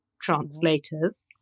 translators